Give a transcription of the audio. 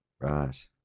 Right